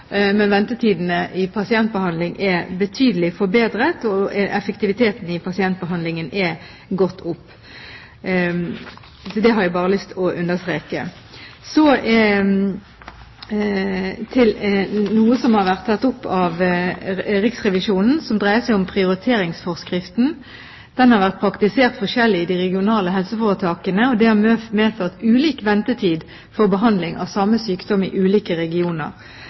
men ventetidene i pasientbehandling er betydelig forbedret, og effektiviteten i pasientbehandlingen er gått opp. Det har jeg lyst til å understreke. Så til noe som har vært tatt opp av Riksrevisjonen, som dreier seg om prioriteringsforskriften. Den har vært praktisert forskjellig i de regionale helseforetakene, og det har medført ulik ventetid for behandling av samme sykdom i ulike regioner.